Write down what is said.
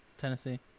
Tennessee